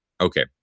Okay